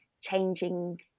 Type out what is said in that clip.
changing